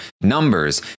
numbers